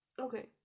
Okay